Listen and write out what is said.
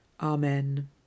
Amen